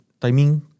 timing